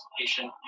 patient